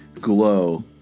glow